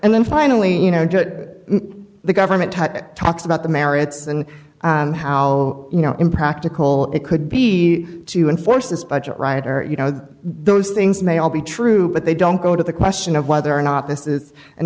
and then finally you know to the government talks about the merits and how you know impractical it could be to enforce this budget riot or you know those things may all be true but they don't go to the question of whether or not this is an